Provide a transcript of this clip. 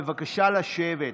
בבקשה לשבת.